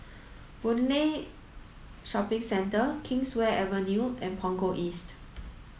Boon Lay Shopping Centre Kingswear Avenue and Punggol East